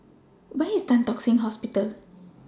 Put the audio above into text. Where IS Tan Tock Seng Hospital